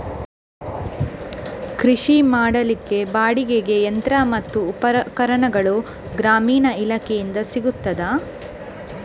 ಕೃಷಿ ಮಾಡಲಿಕ್ಕೆ ಬಾಡಿಗೆಗೆ ಯಂತ್ರ ಮತ್ತು ಉಪಕರಣಗಳು ಗ್ರಾಮೀಣ ಇಲಾಖೆಯಿಂದ ಸಿಗುತ್ತದಾ?